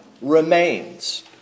remains